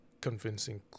convincing